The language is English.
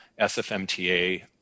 SFMTA